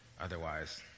otherwise